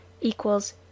equals